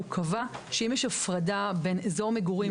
הוא קבע שאם יש הפרדה בין אזור מגורים,